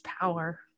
power